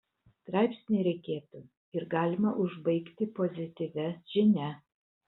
straipsnį reikėtų ir galima užbaigti pozityvia žinia